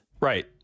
Right